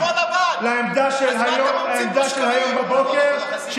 כשאתם נאבקים במדינה, לא מאפשרים לה להיאבק במחלה?